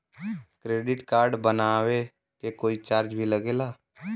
Credit card बनवावे के कोई चार्ज भी लागेला?